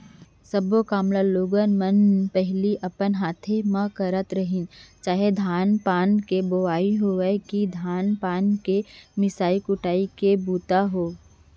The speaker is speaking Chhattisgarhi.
सब्बे काम ल लोग मन न पहिली अपने हाथे म करत रहिन चाह धान पान के बोवई होवय कि धान के मिसाय कुटवाय के बूता होय